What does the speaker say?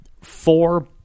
four